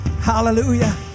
hallelujah